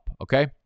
okay